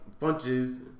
Funches